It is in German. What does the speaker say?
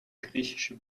griechische